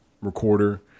recorder